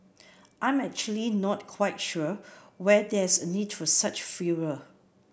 I'm actually not quite sure why there's a need for such furor